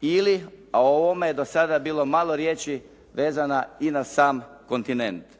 ili, a o ovome je do sada bilo malo riječi, vezana i na sam kontinent.